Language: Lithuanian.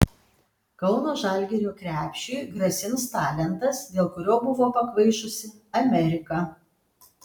kauno žalgirio krepšiui grasins talentas dėl kurio buvo pakvaišusi amerika